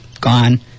gone